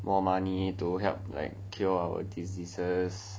more money to help like cure our diseases